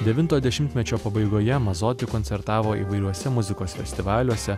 devintojo dešimtmečio pabaigoje mazoti koncertavo įvairiuose muzikos festivaliuose